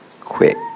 quick